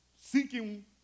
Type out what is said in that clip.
seeking